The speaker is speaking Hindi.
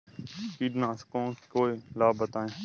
कीटनाशकों के लाभ बताएँ?